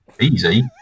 Easy